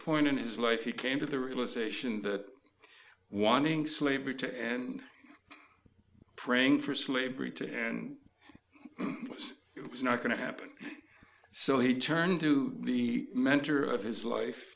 point in his life he came to the realization that wanting slavery to and praying for slavery to and it was not going to happen so he turned to the mentor of his life